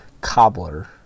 cobbler